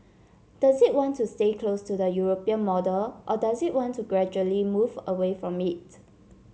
does it want to stay close to the European model or does it want to gradually move away from it